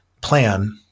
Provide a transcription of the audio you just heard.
plan